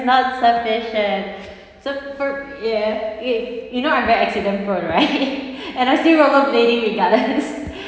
not sufficient so for ya it you know I'm very accident-prone right and I still rollerblading regardless